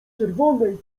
czerwonej